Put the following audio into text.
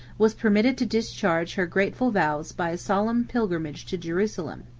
was permitted to discharge her grateful vows by a solemn pilgrimage to jerusalem.